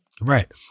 Right